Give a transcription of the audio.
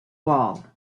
wall